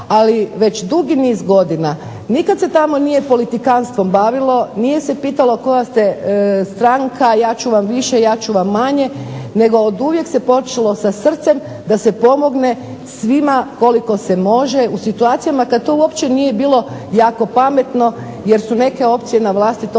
ali već dugi niz godina nikad se tamo nije politikanstvom bavilo, nije se pitalo koja ste stranka, ja ću vam više, ja ću vam manje. Nego oduvijek se počelo sa srcem da se pomogne svima koliko se može u situacijama kad to uopće nije bilo jako pametno jer su neke opcije na vlasti to